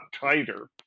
tighter